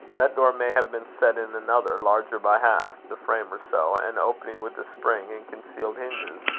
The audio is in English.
that door may have been set in another, larger by half the frame or so, and opening with a spring and concealed hinges.